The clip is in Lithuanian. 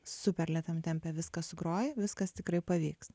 super lėtam tempia viską sugroji viskas tikrai pavyks